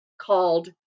called